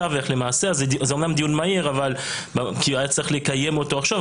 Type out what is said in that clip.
זה אומנם דיון מהיר והיה צריך לקיים אותו עכשיו,